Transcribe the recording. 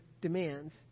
demands